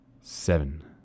seven